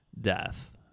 death